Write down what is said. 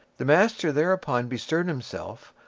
the master thereupon bestirred himself,